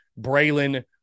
Braylon